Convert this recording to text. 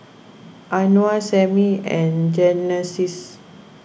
Anwar Sammie and Genesis